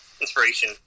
inspiration